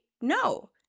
No